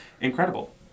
incredible